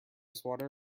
swatter